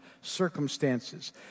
circumstances